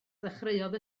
ddechreuodd